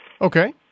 Okay